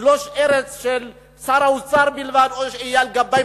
היא לא ארץ של שר האוצר בלבד או של אייל גבאי,